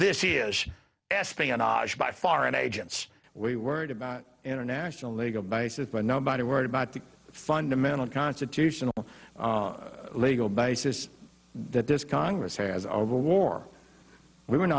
this is espionage by foreign agents we worried about international legal basis but nobody worried about the fundamental constitutional legal basis that this congress has over war we wen